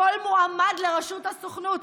כל מועמד לראשות הסוכנות,